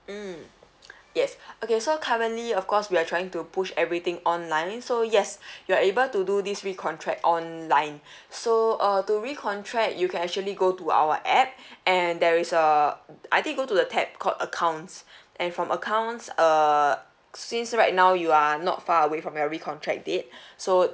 mm yes okay so currently of course we are trying to push everything online so yes you are able to do this recontract online so uh to recontract you can actually go to our app and there is a I think go to the tab called accounts and from accounts err since right now you are not far away from your recontract date so